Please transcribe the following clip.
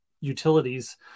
utilities